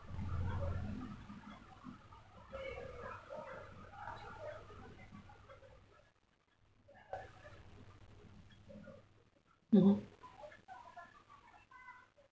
mmhmm